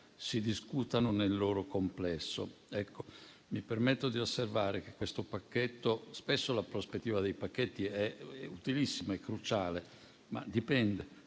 si discutano nel loro complesso». Mi permetto di osservare che spesso la prospettiva dei pacchetti è utilissima e cruciale, ma dipende.